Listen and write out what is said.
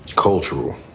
cultural.